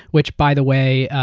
which by the way,